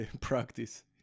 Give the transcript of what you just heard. practice